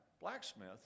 blacksmith